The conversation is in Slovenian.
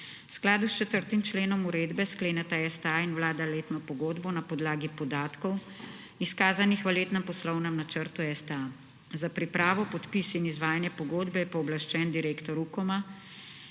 skladu s 4. členom uredbe skleneta STA in vlada letno pogodbo na podlagi podatkov, izkazanih v letnem poslovnem načrtu STA. Za pripravo, podpis in izvajanje pogodbe je pooblaščen direktor Ukoma.